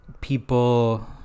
People